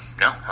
no